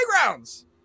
Playgrounds